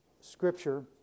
scripture